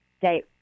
date